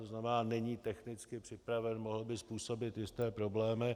To znamená, není technicky připraven, mohl by způsobit jisté problémy.